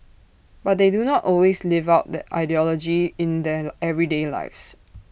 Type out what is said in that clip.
but they do not always live out that ideology in their everyday lives